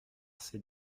ces